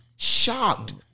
Shocked